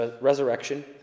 resurrection